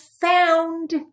found